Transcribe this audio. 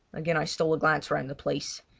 again i stole a glance round the place.